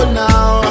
now